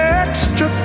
extra